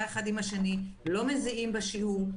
האחד עם השני ולא מזיעים במהלך השיעור.